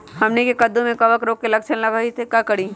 हमनी के कददु में कवक रोग के लक्षण हई का करी?